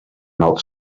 not